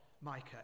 Micah